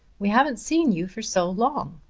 we haven't seen you for so long!